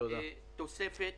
אני פונה אליך,